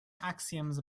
axioms